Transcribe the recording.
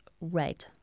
red